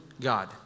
God